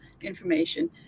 information